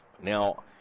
Now